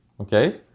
okay